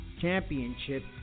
championship